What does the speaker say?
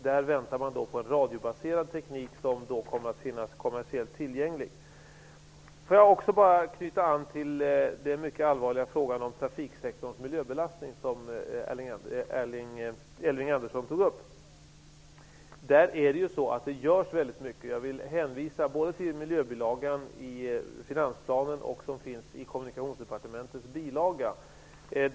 Där väntar man på en radiobaserad teknik som då kommer att finnas kommersiellt tillgänglig. Låt mig också knyta an till den mycket allvarliga frågan om trafiksektorns miljöbelastning som Elving Andersson tog upp. Det görs väldigt mycket där. Jag vill hänvisa både till miljöbilagan i finansplanen och till det som står i Kommunikationsdepartementets bilaga.